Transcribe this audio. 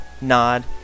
nod